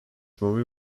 movie